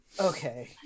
Okay